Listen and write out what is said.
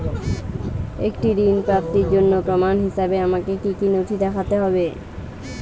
একটি ঋণ প্রাপ্তির জন্য প্রমাণ হিসাবে আমাকে কী কী নথি দেখাতে হবে?